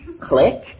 Click